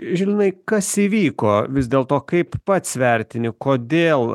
žilvinai kas įvyko vis dėlto kaip pats vertini kodėl